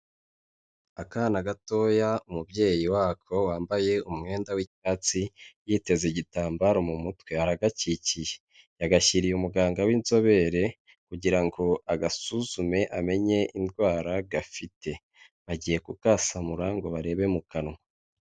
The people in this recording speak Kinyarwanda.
Akana gatoya umubyeyi wako wambaye umwenda w'icyatsi yiteze igitambaro mu mutwe aragakikiye, yagashyiriye umuganga w'inzobere kugira ngo agasuzume amenye indwara gafite, bagiye kukasamura ngo barebe mu kanwa.